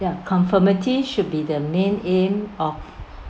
yeah conformity should be the main aim of